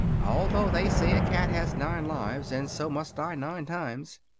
although they say a cat has nine lives, and so must die nine times.